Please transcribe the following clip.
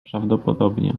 prawdopodobnie